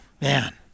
man